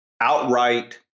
outright